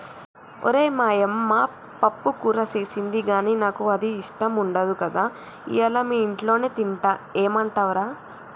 ఓరై మా యమ్మ పప్పుకూర సేసింది గానీ నాకు అది ఇష్టం ఉండదు కదా ఇయ్యల మీ ఇంట్లోనే తింటా ఏమంటవ్ రా